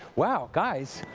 wow, guys,